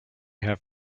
have